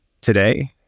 Today